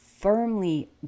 firmly